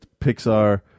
pixar